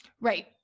Right